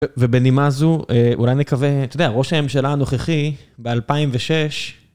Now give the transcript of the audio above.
ובנימה זו, אולי נקווה, אתה יודע, ראש הממשלה הנוכחי ב-2006...